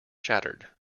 shattered